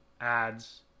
ads